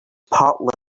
part